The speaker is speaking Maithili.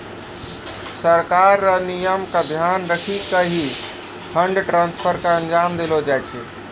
सरकार र नियम क ध्यान रखी क ही फंड ट्रांसफर क अंजाम देलो जाय छै